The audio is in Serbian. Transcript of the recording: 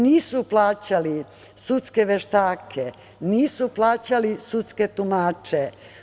Nisu plaćali sudske veštake, nisu plaćale sudske tumače.